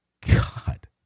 God